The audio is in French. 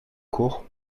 cour